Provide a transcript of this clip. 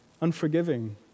unforgiving